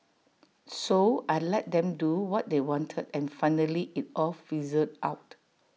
so I let them do what they wanted and finally IT all fizzled out